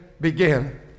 begin